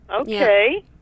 Okay